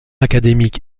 académique